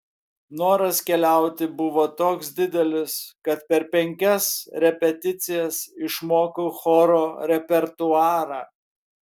noras keliauti buvo toks didelis kad per penkias repeticijas išmokau choro repertuarą